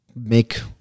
make